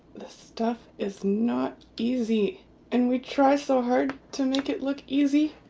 this stuff is not easy and we try so hard to make it look easy